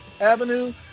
Avenue